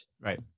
Right